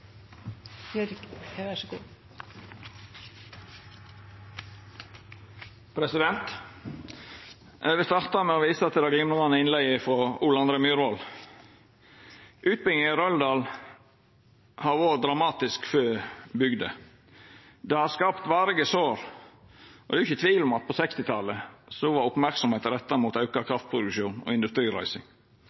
snu ryggen så til det. Replikkordskiftet er over. De talere som heretter får ordet, har også en taletid på inntil 3 minutter. Eg vil starta med å visa til det glimrande innlegget frå Ole André Myhrvold. Utbygginga i Røldal har vore dramatisk for bygda, ho har skapt varige sår. Det er ikkje tvil om at på 1960-talet var merksemda retta mot